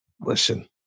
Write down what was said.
Listen